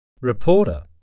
Reporter